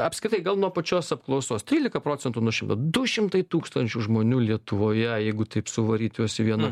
apskritai gal nuo pačios apklausos trylika procentų nuo šimto du šimtai tūkstančių žmonių lietuvoje jeigu taip suvaryt juos į vieną